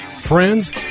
Friends